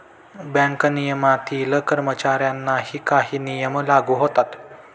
bank नियमनातील कर्मचाऱ्यांनाही काही नियम लागू होतात